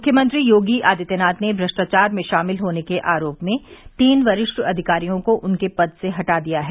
मुख्यमंत्री योगी आदित्यनाथ ने भ्रष्टाचार में शामिल होने के आरोप में तीन वरिष्ठ अधिकारियों को उनके पद से हटा दिया है